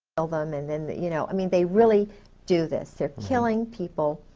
kill them and then that you know, i mean they really do this they're killing people.